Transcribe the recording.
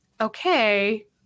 Okay